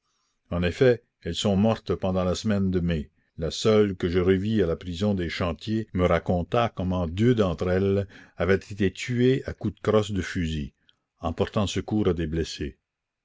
en effet elles sont mortes pendant la semaine de mai la seule que je revis à la prison des chantiers me raconta comment deux d'entre elles avaient été tuées à coups de crosse de fusil en portant secours à des blessés